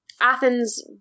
Athens